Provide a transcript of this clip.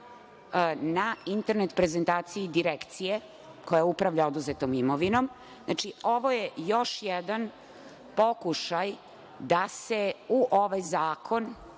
na internet prezentaciji Direkcije koja upravlja oduzetom imovinom. Znači, ovo je još jedan pokušaj da se u ovaj zakon